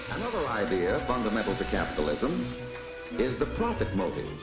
idea, fundamental to capitalism is the profit motive.